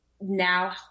now